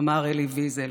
אמר אלי ויזל.